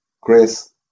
Grace